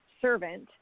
servant